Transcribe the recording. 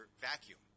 vacuum